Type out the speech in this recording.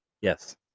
Yes